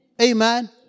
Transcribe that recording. Amen